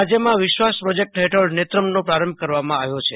રાજ્યમાં વિશ્વાસ પ્રોજેક્ટ ફેઠળ નેત્રમનો પ્રારંભ કરવામાં આવ્યો છે